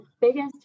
biggest